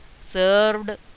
served